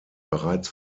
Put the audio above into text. bereits